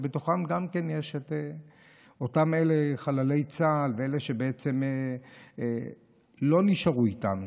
שבתוכם יש גם את אותם חללי צה"ל ואת אלה שלא נשארו איתנו